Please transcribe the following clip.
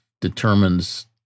determines